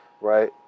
right